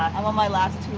i'm on my last